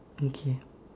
okay